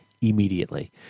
immediately